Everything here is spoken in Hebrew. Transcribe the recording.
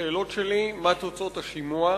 השאלות שלי: מה תוצאות השימוע?